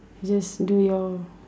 you just do your